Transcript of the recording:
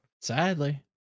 Sadly